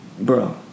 bro